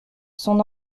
son